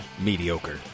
mediocre